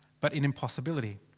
but in impossibility.